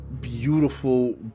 beautiful